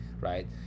Right